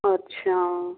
अच्छा